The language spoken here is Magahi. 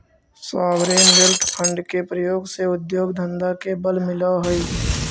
सॉवरेन वेल्थ फंड के प्रयोग से उद्योग धंधा के बल मिलऽ हई